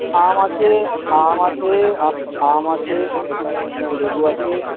আম আছে আম আছে আম আছে আপনার লেবু আছে